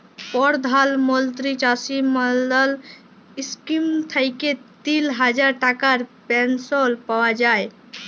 পরধাল মলত্রি চাষী মাল্ধাল ইস্কিম থ্যাইকে তিল হাজার টাকার পেলশল পাউয়া যায়